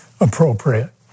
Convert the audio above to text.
appropriate